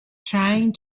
trying